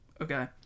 Okay